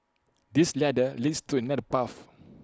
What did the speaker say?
this ladder leads to another path